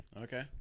Okay